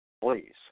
Please